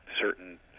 certain